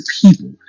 people